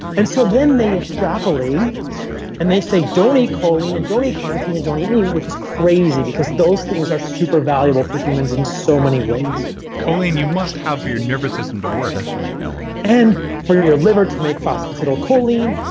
and so then they extrapolate and they say, don't eat choline. and don't eat carnitine. and don't eat meat, which is crazy. because those things are super valuable for humans in so many ways choline, you must have for your nervous system to work and for your your liver to make phosphatidylcholine,